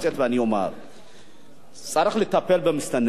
צריך לטפל במסתננים,